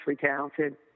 talented